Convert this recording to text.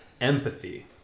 empathy